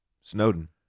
Snowden